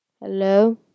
Hello